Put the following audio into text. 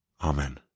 Amen